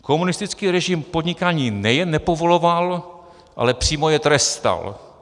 Komunistický režim podnikání nejen nepovoloval, ale přímo jej trestal.